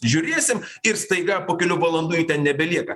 žiūrėsim ir staiga po kelių valandų jų ten nebelieka